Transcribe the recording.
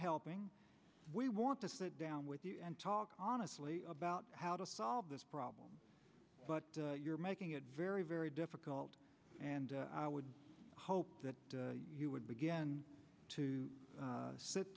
helping we want to sit down with you and talk honestly about how to solve this problem but you're making it very very difficult and i would hope that you would begin to